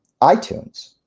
iTunes